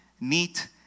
neat